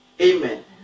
Amen